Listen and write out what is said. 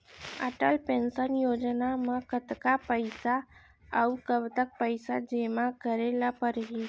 Atal pension योजना म कतका पइसा, अऊ कब तक पइसा जेमा करे ल परही?